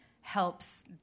helps